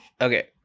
Okay